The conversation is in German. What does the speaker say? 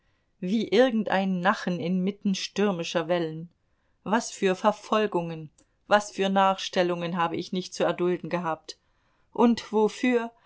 wie irgendein nachen inmitten stürmischer wellen was für verfolgungen was für nachstellungen habe ich nicht zu erdulden gehabt und wofür